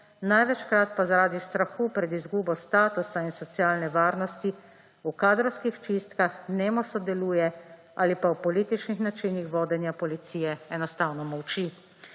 največkrat pa zaradi strahu pred izgubo statusa in socialne varnosti v kadrovskih čistkah nemo sodeluje ali pa o političnih načinih vodenja policije enostavno molči.